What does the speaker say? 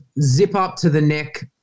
zip-up-to-the-neck